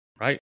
right